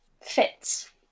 fits